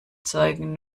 zeigen